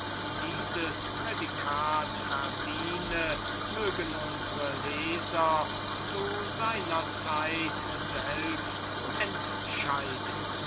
dieses prädikat verdiene mögen unsre leser zu seiner zeit selbst entscheiden